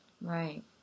Right